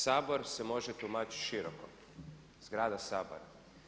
Sabor se može tumačiti široko, zgrada sabora.